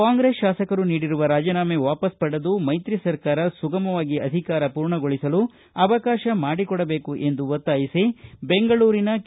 ಕಾಂಗ್ರೆಸ್ ಶಾಸಕರು ನೀಡಿರುವ ರಾಜೀನಾಮೆ ವಾಪಸ್ಸು ಪಡೆದು ಮೈತ್ರಿ ಸರ್ಕಾರ ಸುಗಮವಾಗಿ ಅಧಿಕಾರ ಪೂರ್ಣಗೊಳಿಸಲು ಅವಕಾಶ ಮಾಡಿಕೊಡಬೇಕು ಎಂದು ಒತ್ತಾಯಿಸಿ ಬೆಂಗಳೂರಿನ ಕೆ